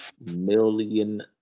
million